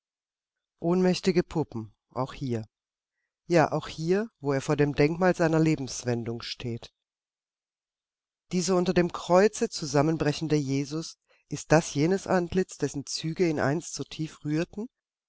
ohnmächtige puppen auch hier ja auch hier wo er vor dem denkmal seiner lebenswendung steht dieser unter dem kreuze zusammenbrechende jesus ist das jenes antlitz dessen züge ihn einst so tief rührten